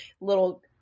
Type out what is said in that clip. little